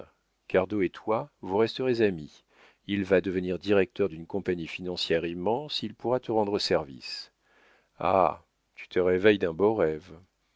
et toi vous resterez amis il va devenir directeur d'une compagnie financière immense il pourra te rendre service ah tu te réveilles d'un beau rêve